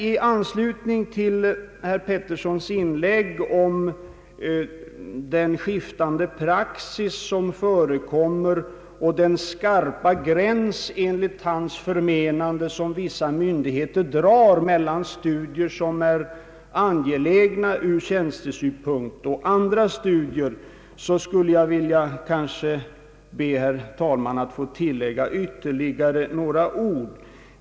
I anslutning till herr Petterssons inlägg om den skiftande praxis som förekommer och den skarpa gräns som enligt hans förmenande vissa myndigheter drar mellan ur tjänstesynpunkt angelägna studier och andra studier, vill jag, herr talman, tillägga ytterligare några ord.